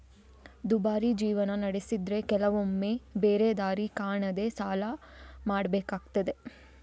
ದುಬಾರಿ ಜೀವನ ನಡೆಸಿದ್ರೆ ಕೆಲವೊಮ್ಮೆ ಬೇರೆ ದಾರಿ ಕಾಣದೇ ಸಾಲ ಮಾಡ್ಬೇಕಾಗ್ತದೆ